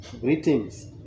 greetings